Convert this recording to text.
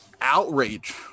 outrage